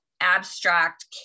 abstract